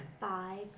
five